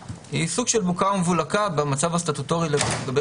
יש הבדל בין חוקים מאוד ישנים מלפני כמה עשרות שנים לבין חוקים